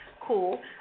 Cool